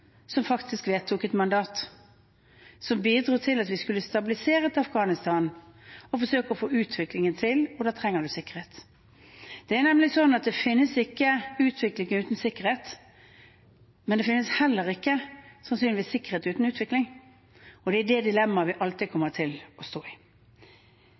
som faktisk vedtok et mandat som bidro til at vi skulle stabilisere Afghanistan og forsøke å få til utvikling, og da trenger man sikkerhet. Det er finnes nemlig ikke utvikling uten sikkerhet, men det finnes sannsynligvis heller ikke sikkerhet uten utvikling. Det er dilemmaet vi alltid kommer til å stå i.